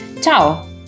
Ciao